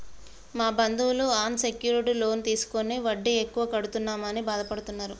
మా బంధువులు unsecured loan తీసుకుని వడ్డీ ఎక్కువ కడుతున్నామని బాధపడుతున్నరు